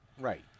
right